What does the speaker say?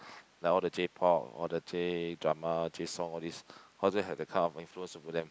like all the J-Pop all the J-drama J-songs all these all of them that had kind of influence over them